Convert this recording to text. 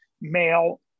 male